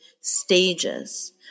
stages